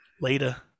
Later